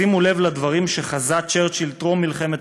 שימו לדברים שחזה צ'רצ'יל טרום מלחמת